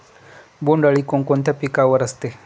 बोंडअळी कोणकोणत्या पिकावर असते?